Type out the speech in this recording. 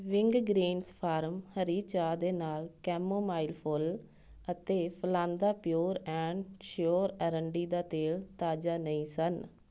Wingreens farm ਹਰੀ ਚਾਹ ਦੇ ਨਾਲ ਕੈਮੋਮਾਈਲ ਫੁੱਲ ਅਤੇ ਫਲਾਂਦਾ ਪਿਓਰ ਐਂਡ ਸ਼ਿਓਰ ਆਰੰਡੀ ਦਾ ਤੇਲ ਤਾਜ਼ਾ ਨਹੀਂ ਸਨ